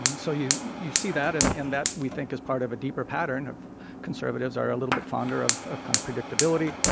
um so you you see that. and and that, we think, is part of a deeper pattern of conservatives are a little bit fonder of of kind of predictability,